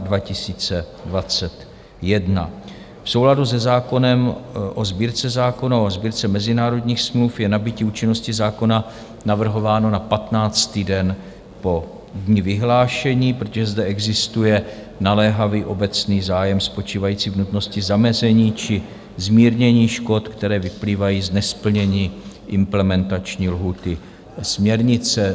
V souladu se zákonem o Sbírce zákonů a o Sbírce mezinárodních smluv je nabytí účinnosti zákona navrhováno na 15. den po dni vyhlášení, protože zde existuje naléhavý obecný zájem spočívající v nutnosti zamezení či zmírnění škod, které vyplývají z nesplnění implementační lhůty směrnice.